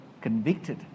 convicted